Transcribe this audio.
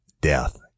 death